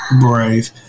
brave